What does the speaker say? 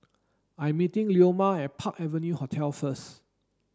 I'm meeting Leoma at Park Avenue Hotel first